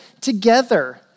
together